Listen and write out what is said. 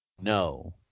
no